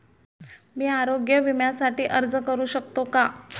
मी आरोग्य विम्यासाठी अर्ज करू शकतो का?